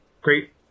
great